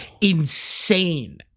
insane